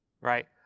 right